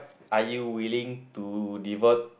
are you willing to devote